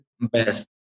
best